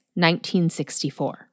1964